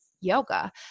yoga